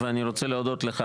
ואני רוצה להודות לך,